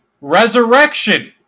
Resurrection